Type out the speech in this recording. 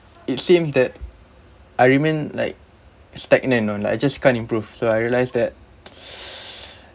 it seems that I remain like stagnant know like I just can't improve so I realise that